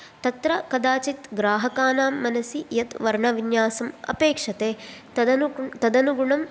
तत्र कदाचित् ग्राहकानां मनसि यद् वर्णविन्यासम् अपेक्षते तदनु तदनुगुणं